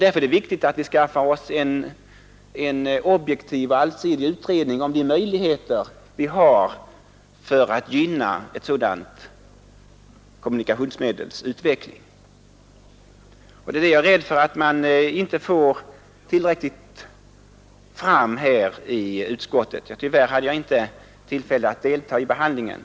Därför är det viktigt att vi skaffar oss en objektiv och allsidig utredning om de möjligheter vi har för att gynna ett sådant kommunikationsmedels utveckling. Jag är rädd för att utskottet inte tillräckligt klart får fram detta. Tyvärr hade jag inte tillfälle att delta i behandlingen.